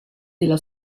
della